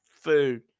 food